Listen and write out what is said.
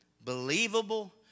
believable